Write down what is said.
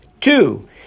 Two